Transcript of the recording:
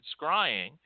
scrying